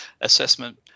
assessment